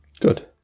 Good